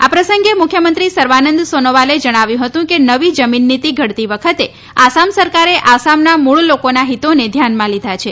આ પ્રસંગે મુખ્યમંત્રી સર્વાનંદ સોનોવાલે જણાવ્યું હતું કે નવી જમીન નીતિ ઘડતી વખતે આસામ સરકારે આસામના મૂળ લોકોના હિતોને ધ્યાનમાં લીધા છે